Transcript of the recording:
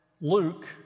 Luke